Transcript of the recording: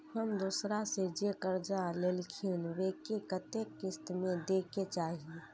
हम दोसरा से जे कर्जा लेलखिन वे के कतेक किस्त में दे के चाही?